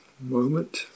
moment